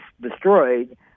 destroyed